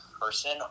person